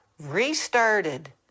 restarted